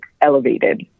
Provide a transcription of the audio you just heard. elevated